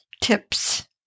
tips